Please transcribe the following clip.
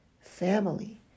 family